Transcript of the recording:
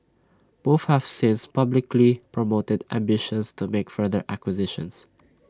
both have since publicly promoted ambitions to make further acquisitions